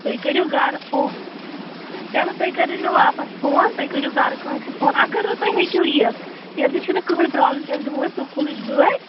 تُہۍ کٔرِو گَرٕ فو چلو تُہۍ کٔرۍزیٚو مےٚ واپَس فون تُہۍ کٔرِو گَرٕ کٲنٛسہِ فون اگر نہٕ تُہۍ ہیٚکِو یِتھ تیٚلہِ تہِ چھِنہٕ کٕنٛہٕے پرٛابلِم تیٚلہِ دِمو أسۍ سکوٗلٕچ گٲڑۍ